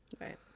Right